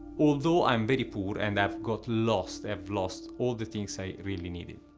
although i'm very poor and i've got lost i've lost all the things i really needed.